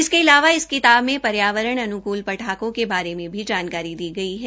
इसके अलावा इस किताब में पर्यावरण अन्कूल पटाखों के बारे में भी जानकारी दी गई है